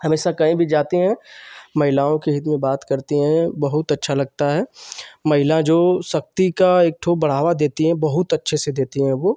हमेशा कहीं भी जाती हैं महिलाओं के हित में बात करती हैं बहुत अच्छा लगता है महिला जो शक्ति का एक ठो बढ़ावा देती हैं बहुत अच्छे से देती हैं वो